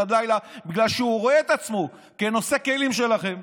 עד לילה בגלל שהוא רואה את עצמו כנושא כלים שלכם,